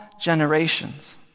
generations